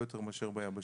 לא, לא.